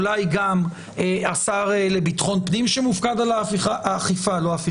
אולי גם השר לביטחון פנים שמופקד על האכיפה,